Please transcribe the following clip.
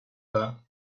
that